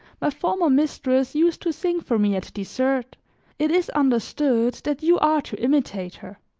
my former mistress used to sing for me at dessert it is understood that you are to imitate her.